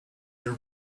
your